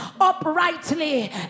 uprightly